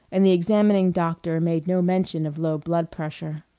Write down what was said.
and the examining doctor made no mention of low blood-pressure.